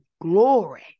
glory